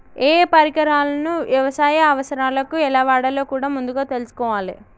ఏయే పరికరాలను యవసాయ అవసరాలకు ఎలా వాడాలో కూడా ముందుగా తెల్సుకోవాలే